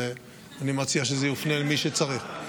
אני מציע שזה יופנה אל מי שצריך.